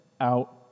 out